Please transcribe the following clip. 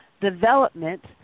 development